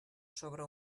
sobre